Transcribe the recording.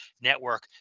Network